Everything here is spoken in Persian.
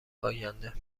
آینده